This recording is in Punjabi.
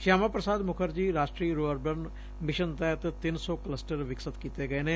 ਸ਼ਿਆਮਾ ਪ੍ਰਸਾਦ ਮੁਖਰਜੀ ਰਾਸ਼ਟਰੀ ਰੁ ਅਰਬਨ ਮਿਸ਼ਨ ਤਹਿਤ ਤਿੰਨ ਸੌ ਕਲਸੱਟਰ ਵਿਕਸਤ ਕੀਤੇ ਗਏ ਨੇ